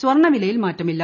സ്വർണ്ണവിലയിൽ മാറ്റമില്ല